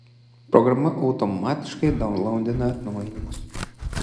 programa automatiškai daunlaudina atnaujinimus